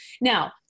Now